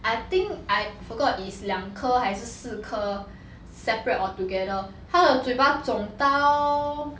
I think I forgot his 两颗还是四颗 separate altogether how 嘴巴